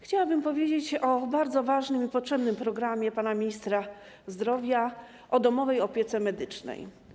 Chciałabym powiedzieć o bardzo ważnym i potrzebnym programie pana ministra zdrowia o domowej opiece medycznej.